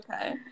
Okay